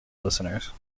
listeners